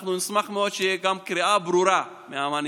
אנחנו נשמח מאוד שתהיה גם קריאה ברורה מהמנהיגות,